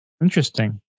Interesting